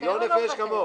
לא יפה נפש כמוך.